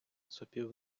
сопів